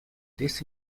these